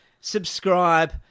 subscribe